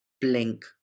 blink